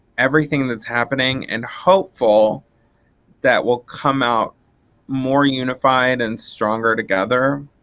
everything that's happening and hopeful that we'll come out more unified and stronger together